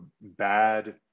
bad